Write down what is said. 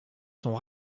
sont